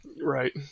Right